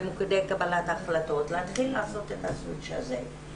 במוקדי קבלת החלטות להתחיל לעשות את הסוויץ' הזה.